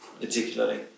particularly